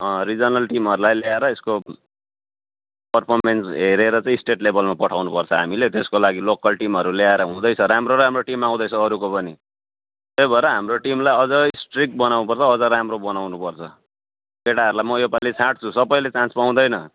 अँ रिजनल टिमहरूलाई ल्याएर यसको पर्फर्मेन्स हेरेर चाहिँ स्टेट लेभलमा पठाउनुपर्छ हामीले त्यसको लागि लोकल टिमहरू ल्याएर हुँदैछ राम्रो राम्रो टिम आउँदैछ अरूको पनि त्यही भएर हाम्रो टिमलाई अझै स्ट्रिक्ट बनाउनुपर्छ अझ राम्रो बनाउनुपर्छ केटाहरूलाई म यो पालि छाँट्छु सबैले चान्स पाउँदैन